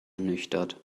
ernüchtert